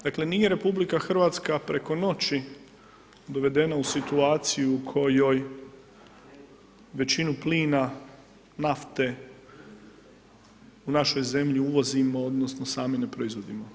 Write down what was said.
Dakle, nije RH, preko noći dovedena u situaciju u kojoj većinu plina, nafte, u našoj zemlji uvozimo, odnosno, sami ne proizvodimo.